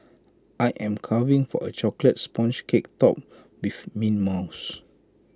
I am craving for A Chocolate Sponge Cake Topped with Mint Mousse